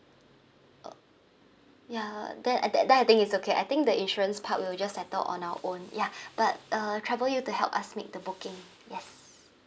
uh ya then at th~ then I think it's okay I think the insurance part we'll just settle on our own ya but uh trouble you to help us make the booking yes